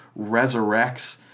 resurrects